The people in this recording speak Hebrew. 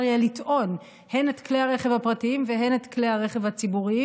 יהיה לטעון הן את כלי הרכב הפרטיים והן את כלי הרכב הציבוריים.